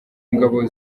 ngabo